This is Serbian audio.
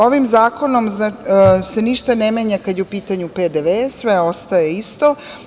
Ovim zakonom se ništa ne menja kada je u pitanju PDV, sve ostaje isto.